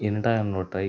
இரண்டாயிரம் நோட்டை